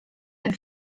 ein